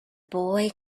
boy